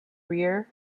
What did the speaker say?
rear